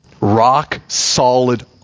Rock-solid